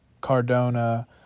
Cardona